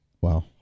Wow